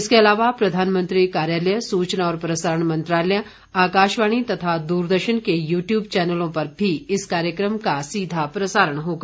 इसके अलावा प्रधानमंत्री कार्यालय सूचना और प्रसारण मंत्रालय आकाशवाणी तथा दूरदर्शन के यूट्यूब चौनलों पर भी इस कार्यक्रम का सीधा प्रसारण होगा